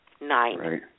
Nine